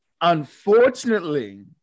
Unfortunately